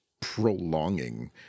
prolonging